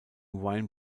wine